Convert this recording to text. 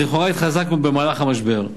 אז לכאורה התחזקנו במהלך המשבר.